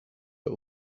but